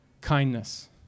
kindness